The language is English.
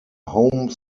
home